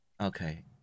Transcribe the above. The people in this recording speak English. okay